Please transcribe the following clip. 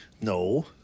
no